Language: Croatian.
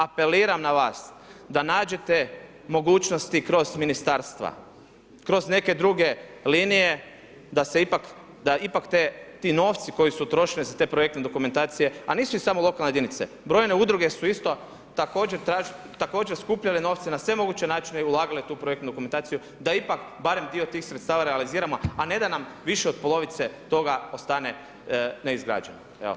Apeliram na vas da nađete mogućnosti kroz ministarstva, kroz neke druge linije da se ipak, da ipak ti novci koji su utrošeni za te projektne dokumentacije, a nisu samo lokalne jedinice, brojne udruge su isto također skupljale novce na sve moguće načine i ulagale u tu projektnu dokumentaciju da ipak barem dio tih sredstava realiziramo, a ne da nam više od polovice toga ostane neizgrađeno.